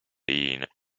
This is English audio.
been